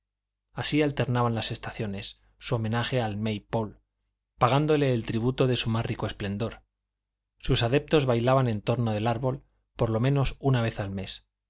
así alternaban las estaciones su homenaje al may pole pagándole el tributo de su más rico esplendor sus adeptos bailaban en torno del árbol por lo menos una vez al mes